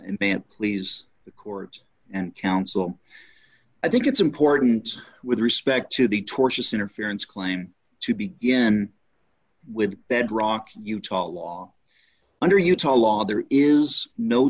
bant please the court and counsel i think it's important with respect to the tortious interference claim to begin with bedrock utah law under utah law there is no